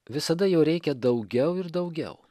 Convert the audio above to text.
visada jo reikia daugiau ir daugiau